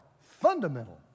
fundamental